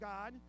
God